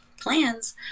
plans